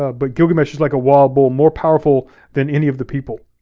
ah but gilgamesh is like a wild bull, more powerful than any of the people.